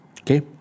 Okay